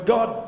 God